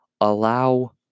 allow